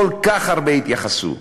כל כך הרבה התייחסות,